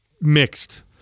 mixed